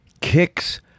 Kicks